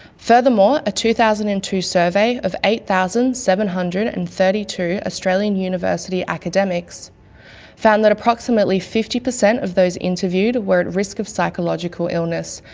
furthermore, a two thousand and two survey of eight thousand seven hundred and thirty two australian university academics found that approximately fifty percent of those interviewed were at risk of psychological illness,